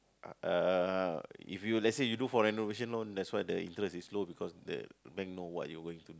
uh if you let's say you do for renovation loan that's why the interest is low because the bank know what you're going to do